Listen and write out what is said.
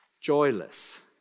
joyless